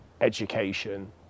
education